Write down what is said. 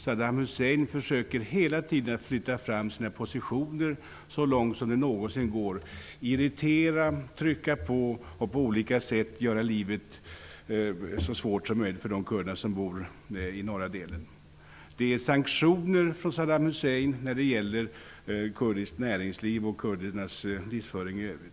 Saddam Hussein försöker hela tiden flytta fram sina positioner så långt som möjligt, irritera, trycka på och på olika sätt göra livet så svårt som möjligt för de kurder som bor i norra delen. Det finns sanktioner från Saddam Husseins sida när det gäller kurdiskt näringsliv och kurdernas livsföring i övrigt.